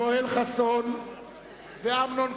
יואל חסון ואמנון כהן,